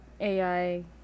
AI